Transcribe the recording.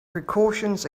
precautions